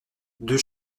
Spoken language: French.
deux